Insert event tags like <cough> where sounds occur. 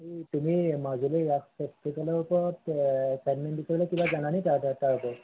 হেৰি তুমি মাজুলীৰ ৰাস <unintelligible> ওপৰত এছাইনমেন্ট লিখিবলৈ জানা নেকি তাৰ ওপৰত